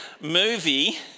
movie